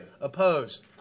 Opposed